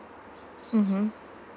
mm hmm